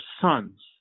sons